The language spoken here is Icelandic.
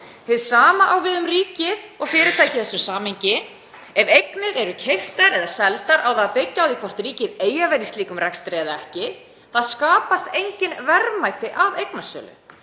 Hið sama á við um ríkið og fyrirtæki í þessu samhengi. Ef eignir eru keyptar eða seldar á það að byggja á því hvort ríkið eigi að vera í slíkum rekstri eða ekki. Það skapast engin verðmæti af eignasölu.